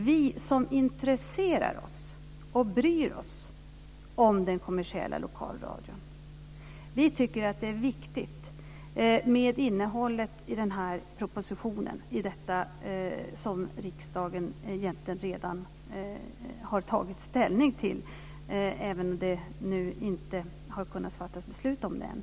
Vi som intresserar oss för och bryr oss om den kommersiella lokalradion tycker att det är viktigt med innehållet i den här propositionen, som riksdagen egentligen redan har tagit ställning till, även om det ännu inte kunnat fattas beslut om den.